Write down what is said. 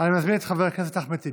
אני מזמין את חבר הכנסת אחמד טיבי,